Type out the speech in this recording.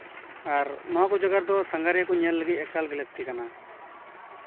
ᱟᱨ ᱱᱚᱣᱟ ᱠᱚ ᱡᱟᱭᱜᱟ ᱨᱮᱫᱚ ᱥᱟᱸᱜᱷᱟᱨᱤᱭᱟᱹ ᱠᱚ ᱧᱮᱞ ᱞᱟᱹᱜᱤᱫ ᱮᱠᱟᱞ ᱜᱮ ᱞᱟᱹᱠᱛᱤ ᱠᱟᱱᱟ